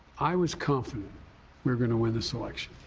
i was confident we were going to win this election.